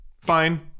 fine